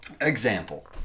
Example